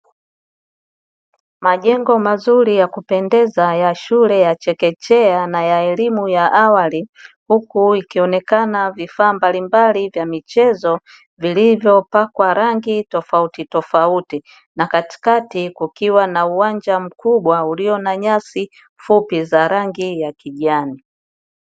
Majengo mazuri ya kupendeza ya shule ya chekechea na ya elimu ya awali, huku ikionekana vifaa mbalimbali vya michezo vilivyopakwa rangi tofauti tofauti, na katikati kukiwa na uwanja mkubwa ulio na nyasi fupi za rangi ya kijani.